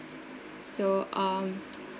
so um